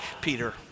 Peter